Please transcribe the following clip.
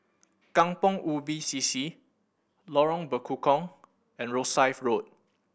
Kampong Ubi C C Lorong Bekukong and Rosyth Road